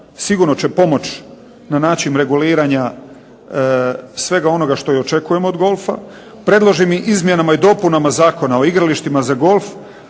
sigurno će pomoći na način reguliranja svega onoga što i očekujemo od golfa. Predloženim izmjenama i dopunama Zakona o igralištima za golf